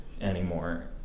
anymore